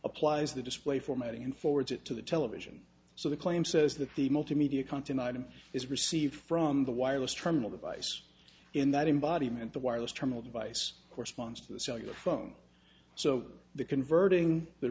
applies the display formatting and forwards it to the television so the claim says that the multimedia content item is received from the wireless terminal device in that embodiment the wireless terminal device corresponds to the cellular phone so the converting the